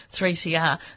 3CR